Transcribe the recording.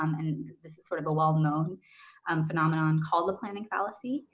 um and this is sort of a well known um phenomenon called the planning fallacy.